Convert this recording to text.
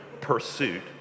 pursuit